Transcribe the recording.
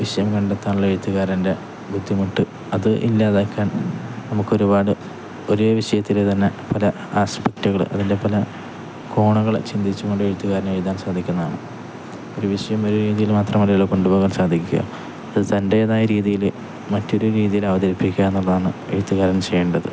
വിഷയം കണ്ടെത്താനുള്ള എഴുത്തുകാരൻ്റെ ബുദ്ധിമുട്ട് അത് ഇല്ലാതാക്കാൻ നമുക്കൊരുപാട് ഒരേ വിഷയത്തില്ത്തന്നെ പല ആസ്പെക്റ്റുകള് അതിന്റെ പല കോണുകള് ചിന്തിച്ചുകൊണ്ട് എഴുത്തുകാരന് എഴുതാൻ സാധിക്കുന്നതാണ് ഒരു വിഷയം ഒരു രീതിയില് മാത്രമല്ലല്ലോ കൊണ്ടുപോകാൻ സാധിക്കുക അതു തന്റേതായ രീതിയില് മറ്റൊരു രീതിയിൽ അവതരിപ്പിക്കുക എന്നുള്ളതാണ് എഴുത്തുകാരൻ ചെയ്യേണ്ടത്